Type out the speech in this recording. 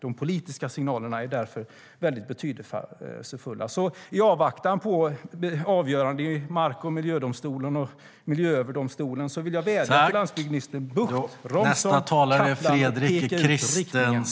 De politiska signalerna är därför betydelsefulla. I avvaktan på ett avgörande i Mark och miljööverdomstolen vill jag vädja till landsbygdsminister Bucht och till Romson och Kaplan att peka ut riktningen.